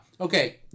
Okay